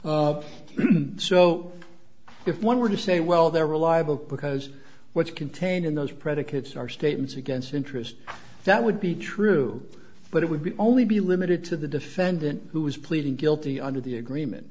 agreement so if one were to say well they're reliable because what's contained in those predicates are statements against interest that would be true but it would be only be limited to the defendant who is pleading guilty under the agreement